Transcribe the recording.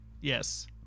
yes